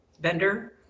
vendor